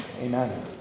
Amen